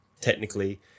technically